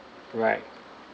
right